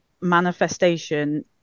manifestation